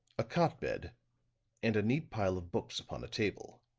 a cot-bed, and a neat pile of books upon a table.